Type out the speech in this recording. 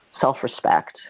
self-respect